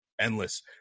endless